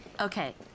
Okay